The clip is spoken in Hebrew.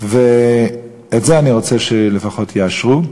ואני רוצה שלפחות את זה יאשרו.